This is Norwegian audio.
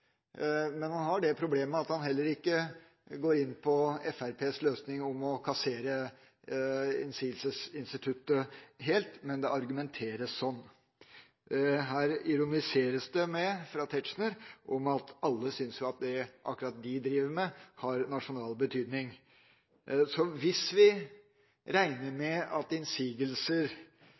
men det argumenteres slik. Her ironiseres det fra Tetzschner om at alle synes at akkurat det de driver med, har nasjonal betydning. Hvis vi regner med at innsigelser